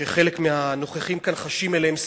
שחלק מהנוכחים כאן חשים אליהם סימפתיה.